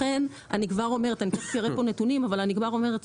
אני תיכף אראה נתונים אבל אני כבר אומרת,